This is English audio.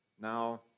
Now